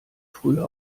früher